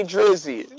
Drizzy